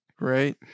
Right